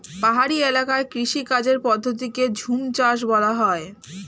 পাহাড়ি এলাকার কৃষিকাজের পদ্ধতিকে ঝুমচাষ বলা হয়